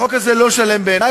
החוק הזה לא שלם בעיני,